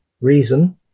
reason